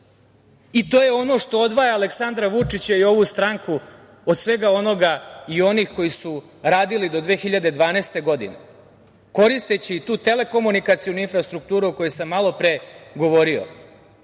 i to je ono što odvaja Aleksandra Vučića i ovu stranku od svega onoga i onih koji su radili do 2012. godine, koristeći tu telekomunikacionu infrastrukturu, o kojoj sam malopre govorio,